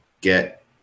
get